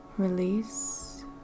Release